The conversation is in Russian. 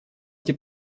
эти